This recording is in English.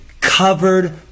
covered